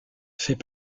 fait